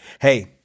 Hey